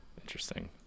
Interesting